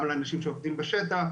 גם לאנשים שעובדים בשטח,